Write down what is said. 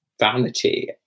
vanity